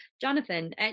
Jonathan